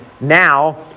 now